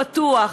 פתוח.